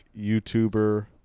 YouTuber